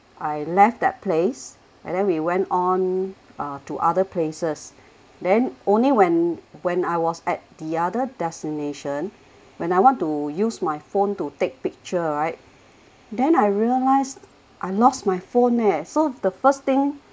I left that place and then we went on uh to other places then only when when I was at the other destination when I want to use my phone to take picture right then I realised I lost my phone leh so the first thing